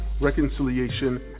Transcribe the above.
reconciliation